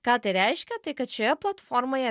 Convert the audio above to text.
ką tai reiškia tai kad šioje platformoje